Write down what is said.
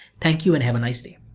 thank you and have a nice day.